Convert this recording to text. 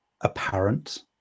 apparent